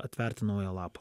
atverti naują lapą